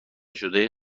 شده